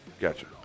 gotcha